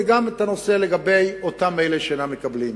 וגם לגבי אותם אלה שאינם מקבלים.